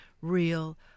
real